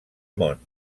món